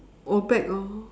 old back orh